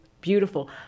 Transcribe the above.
beautiful